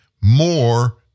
more